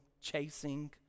chasing